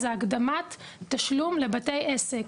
זה הקדמת תשלום לבתי עסק.